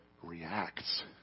reacts